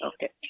Okay